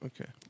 Okay